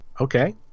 Okay